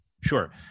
Sure